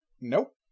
Nope